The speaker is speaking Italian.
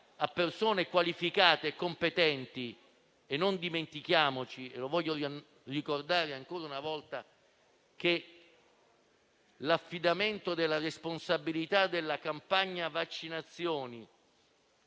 a persone qualificate e competenti. Non dimentichiamoci - e lo voglio ricordare ancora una volta - che l'affidamento della responsabilità della campagna di vaccinazioni